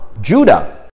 Judah